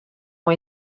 ont